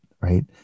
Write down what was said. right